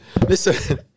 Listen